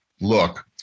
look